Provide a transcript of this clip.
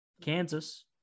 kansas